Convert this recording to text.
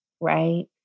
right